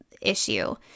issue